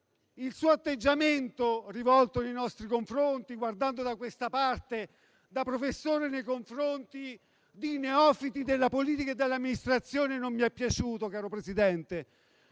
il suo atteggiamento nei nostri confronti, guardando da questa parte come un professore che si rivolge a neofiti della politica e dell'amministrazione, non mi è piaciuto, caro Presidente.